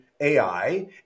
AI